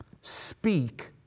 speak